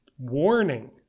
Warning